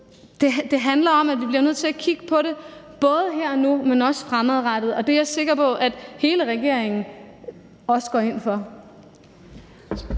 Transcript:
Det handler om, at vi bliver nødt til at kigge på det, både her og nu, men også fremadrettet, og det er jeg sikker på at hele regeringen også går ind for.